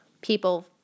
people